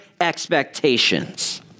expectations